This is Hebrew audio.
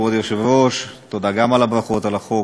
כבוד היושב-ראש, תודה גם על הברכות על החוק.